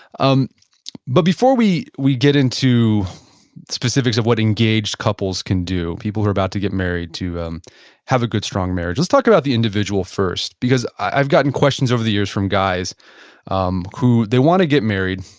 um but before we we get into specifics of what engaged couples can do, people who are about to get married, to have a good, strong marriage, let's talk about the individual first because i've gotten questions over the years from guys um who they want to get married,